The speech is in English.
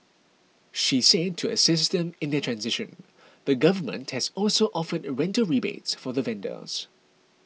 she said that to assist them in their transition the government has also offered rental rebates for the vendors